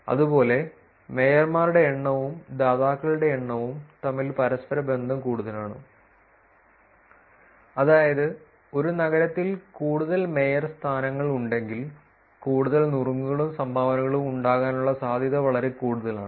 അതുപോലെ മേയർമാരുടെ എണ്ണവും ദാതാക്കളുടെ എണ്ണവും തമ്മിൽ പരസ്പരബന്ധം കൂടുതലാണ് അതായത് ഒരു നഗരത്തിൽ കൂടുതൽ മേയർ സ്ഥാനങ്ങൾ ഉണ്ടെങ്കിൽ കൂടുതൽ നുറുങ്ങുകളും സംഭാവനകളും ഉണ്ടാകാനുള്ള സാധ്യത വളരെ കൂടുതലാണ്